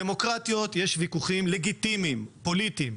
בדמוקרטיות יש ויכוחים לגיטימיים, פוליטיים.